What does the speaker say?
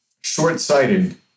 short-sighted